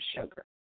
sugar